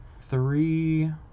three